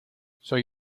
soy